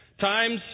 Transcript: Times